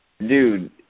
Dude